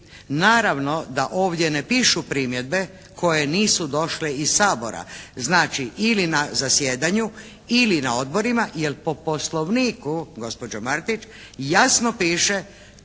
naravno da ovdje ne pišu primjedbe koje nisu došle iz Sabora. Znači ili na zasjedanju ili na odborima, jer po poslovniku gospođo Martić jasno piše